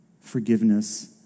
forgiveness